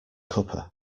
cuppa